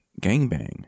gangbang